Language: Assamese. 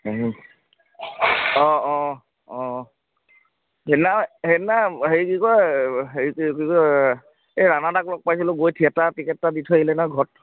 অঁ অঁ অঁ সেইদিনা সেইদিনা হেৰি কি কয় হেৰি কি কয় এই ৰাণাদাক লগ পাইছিলো গৈ থিয়েটাৰৰ টিকেট এটা দি থৈ আহিলে ন ঘৰত